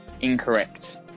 Incorrect